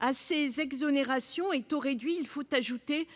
À ces exonérations et taux réduits, il faut ajouter